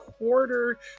quarter